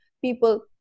people